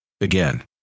again